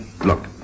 Look